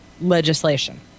legislation